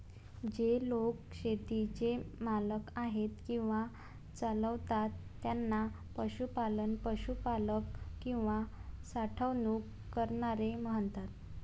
जे लोक शेतीचे मालक आहेत किंवा चालवतात त्यांना पशुपालक, पशुपालक किंवा साठवणूक करणारे म्हणतात